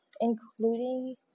including